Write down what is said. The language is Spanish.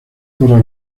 para